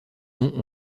noms